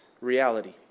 reality